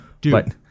dude